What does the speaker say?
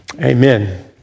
Amen